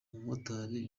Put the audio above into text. umumotari